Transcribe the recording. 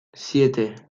siete